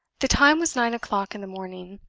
the time was nine o'clock in the morning.